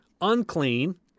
unclean